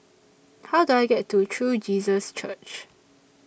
How Do I get to True Jesus Church